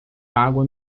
água